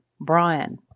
Brian